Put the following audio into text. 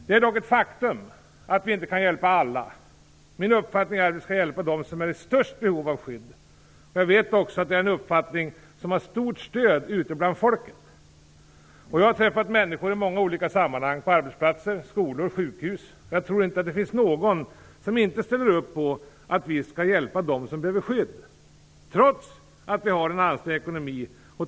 Det är dock ett faktum att vi inte kan hjälpa alla. Min uppfattning är att vi skall hjälpa dem som är i störst behov av skydd. Jag vet också att det är en uppfattning som har stort stöd hos folket. Jag har träffat människor i många olika sammanhang - på arbetsplatser, i skolor, på sjukhus. Jag tror inte att det finns någon som inte ställer upp på att vi skall hjälpa dem som behöver skydd, trots att vi har en ansträngd ekonomi.